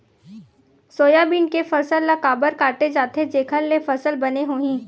Soybean के फसल ल काबर काटे जाथे जेखर ले फसल बने होही?